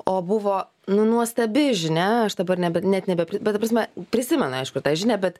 o buvo nu nuostabi žinia aš dabar nebe net nebepri bet ta prasme prisimena aišku tą žinią bet